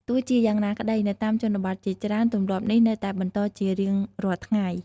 ទោះជាយ៉៉ាងណាក្ដី នៅតាមជនបទជាច្រើន ទម្លាប់នេះនៅតែបន្តជារៀងរាល់ថ្ងៃ។